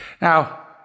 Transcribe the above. Now